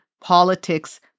politics